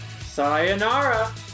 Sayonara